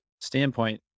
standpoint